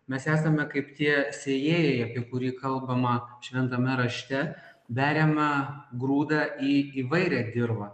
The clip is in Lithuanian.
mes esame kaip tie sėjėjai apie kurį kalbama šventame rašte beriama grūdą į įvairią dirvą